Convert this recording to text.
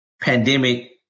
pandemic